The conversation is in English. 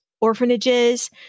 orphanages